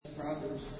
Proverbs